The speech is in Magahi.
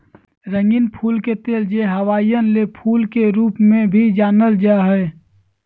रंगीन फूल के तेल, जे हवाईयन लेई फूल के रूप में भी जानल जा हइ